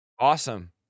Awesome